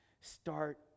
start